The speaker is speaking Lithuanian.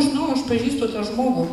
žinau aš pažįstu tą žmogų